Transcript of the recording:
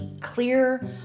clear